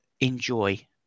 enjoy